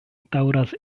daŭras